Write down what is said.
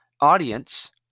audience